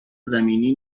زمینی